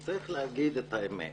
צריך להגיד את האמת.